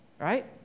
right